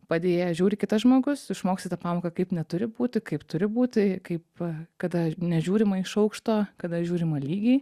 padėjėją žiūri kitas žmogus išmoksti tą pamoką kaip neturi būti kaip turi būti kaip kada nežiūrima iš aukšto kada žiūrima lygiai